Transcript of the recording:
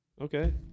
Okay